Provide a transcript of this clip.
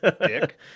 Dick